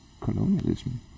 colonialism